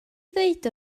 ddweud